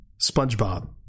SpongeBob